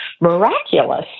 miraculous